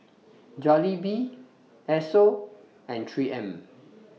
Jollibee Esso and three M